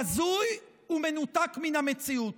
בזוי ומנותק מן המציאות,